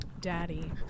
daddy